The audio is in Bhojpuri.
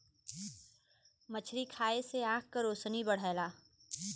मछरी खाये से आँख के रोशनी बढ़ला